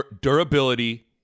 durability